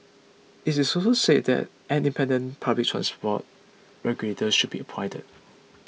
it is also say that an independent public transport regulator should be appointed